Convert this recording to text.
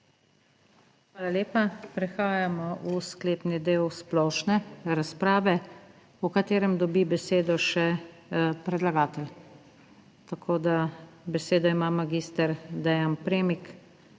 SUKIČ: Prehajamo v sklepni del splošne razprave, v katerem dobi besedo še predlagatelj. Tako, da besedo ima magister Dean Premik,